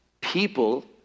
people